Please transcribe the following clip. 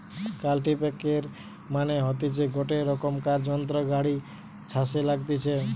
কাল্টিপ্যাকের মানে হতিছে গটে রোকমকার যন্ত্র গাড়ি ছাসে লাগতিছে